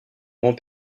grand